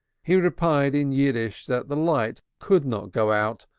he replied in yiddish that the light could not go out,